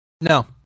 No